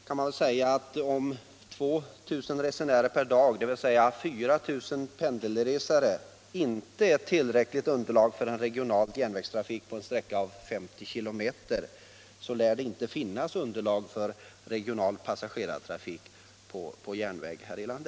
Man kan väl säga att om 2 000 resenärer per dag — dvs. 4 000 pendelresor — inte är ett tillräckligt underlag för en regional järnvägstrafik på en sträcka av under 50 km, så lär det inte finnas underlag för regional passagerartrafik på järnväg här i landet!